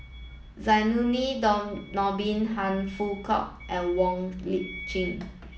Zainudin Nordin Han Fook Kwang and Wong Lip Chin